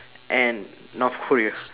and north korea